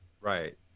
right